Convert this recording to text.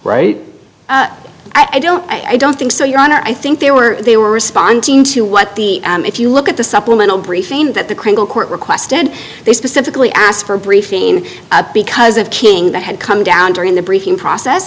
right i don't i don't think so your honor i think they were they were responding to what the if you look at the supplemental briefing that the criminal court requested they specifically asked for a briefing because of king that had come down during the briefing process